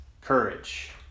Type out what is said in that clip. courage